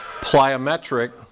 plyometric